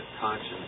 conscience